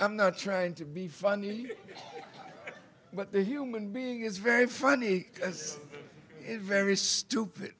i'm not trying to be funny but the human being is very funny as it very stupid